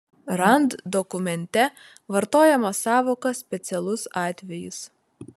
rand dokumente vartojama sąvoka specialus atvejis